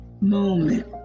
moment